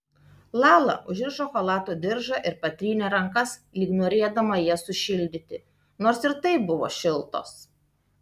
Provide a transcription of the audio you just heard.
lala užsirišo chalato diržą ir patrynė rankas lyg norėdama jas sušildyti nors ir taip buvo šiltos